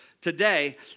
today